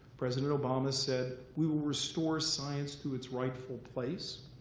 president obama said, we will restore science to its rightful place.